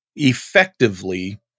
effectively